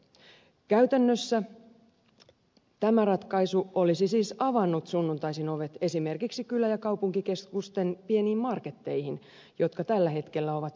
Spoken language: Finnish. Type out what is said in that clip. käytännössä tämä ratkaisu olisi siis avannut sunnuntaisin ovet esimerkiksi kylä ja kaupunkikeskusten pieniin marketteihin jotka tällä hetkellä ovat yleensä kiinni